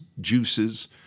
juices